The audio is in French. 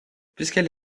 puisqu’elle